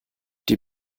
die